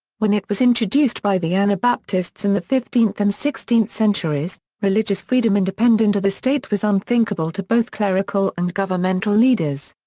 when it was introduced by the anabaptists in the fifteenth and sixteenth centuries, religious freedom independent of the state was unthinkable to both clerical and governmental leaders.